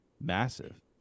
massive